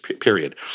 Period